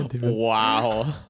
Wow